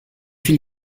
viel